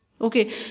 okay